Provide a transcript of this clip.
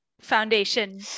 foundation